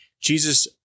Jesus